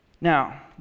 now